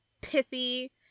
pithy